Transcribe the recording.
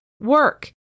Work